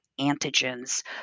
antigens